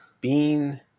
Bean